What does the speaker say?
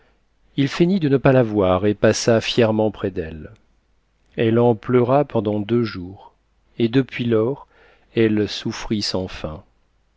il feignit de ne pas la voir et passa fièrement près d'elle elle en pleura pendant deux jours et depuis lors elle souffrit sans fin